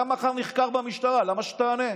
אתה מחר נחקר במשטרה, למה שתענה?